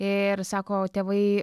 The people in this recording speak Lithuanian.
ir sako tėvai